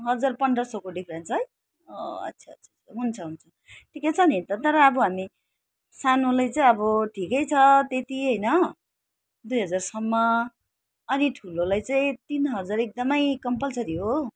हजार पन्ध्र सयको डिफ्रेन्स छ है अच्छा अच्छा हुन्छ हुन्छ ठिकै छ नि त तर अब हामी सानोले चाहिँ अब ठिकै छ त्यति होइन दुई हजारसम्म अनि ठुलोलाई चाहिँ तिन हजार एकदम कम्पलसरी हो